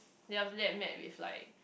then after that met with like